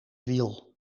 wiel